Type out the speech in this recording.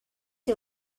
you